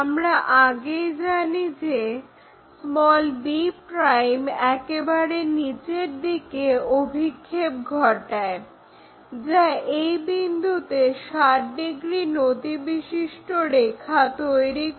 আমরা আগেই জানি যে b' একেবারে নিচের দিকে অভিক্ষেপ ঘটায় যা এই বিন্দুতে 60° নতিবিশিষ্ট রেখা তৈরি করে